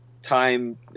Time